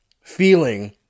feeling